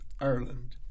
Ireland